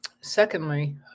Secondly